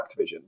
Activision